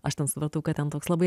aš ten supratau kad ten toks labai